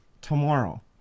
tomorrow